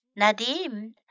Nadim